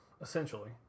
essentially